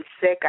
sick